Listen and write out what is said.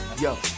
yo